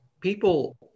People